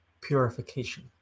Purification